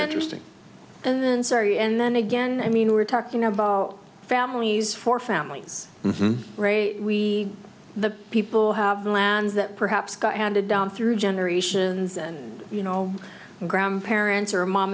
interesting and sorry and then again i mean we're talking about families for families right we the people have the lands that perhaps got handed down through generations and you know grandparents are mom